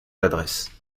l’adresse